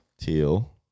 teal